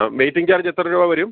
ആ waiting charge എത്ര രൂപ വരും